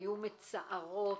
הן היו תשובות מצערות,